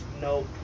no